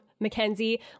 Mackenzie